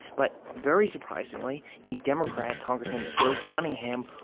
but very surprisingly, a democrat, congressman joe cunningham,